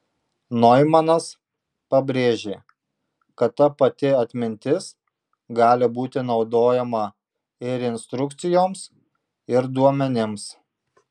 noimanas pabrėžė kad ta pati atmintis gali būti naudojama ir instrukcijoms ir duomenims